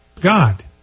God